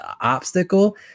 obstacle